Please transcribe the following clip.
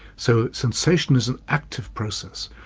so sensation is an active process,